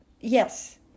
yes